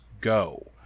go